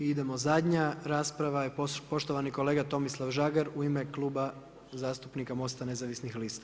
Idemo zadanja rasprava je poštovani kolega Tomislav Žagar u ime Kluba zastupnika Mosta nezavisnih lista.